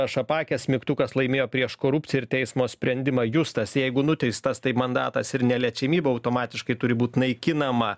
aš apakęs mygtukas laimėjo prieš korupciją ir teismo sprendimą justas jeigu nuteistas tai mandatas ir neliečiamybė automatiškai turi būt naikinama